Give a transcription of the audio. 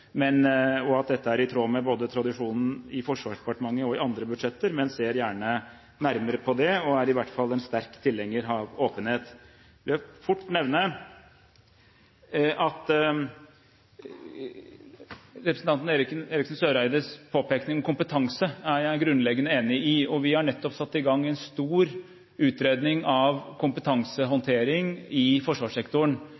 at dette er i tråd med tradisjonen både for Forsvarsdepartementets budsjett og for andre budsjetter. Jeg ser gjerne nærmere på det – jeg er i hvert fall en sterk tilhenger av åpenhet. Jeg vil fort nevne at representanten Eriksen Søreides påpekning om kompetanse er jeg grunnleggende enig i. Vi har nettopp satt i gang en stor utredning av